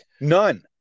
none